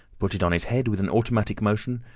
put it on his head with an automatic motion,